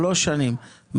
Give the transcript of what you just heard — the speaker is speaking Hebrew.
שלוש שנים.